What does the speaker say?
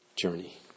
journey